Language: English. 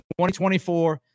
2024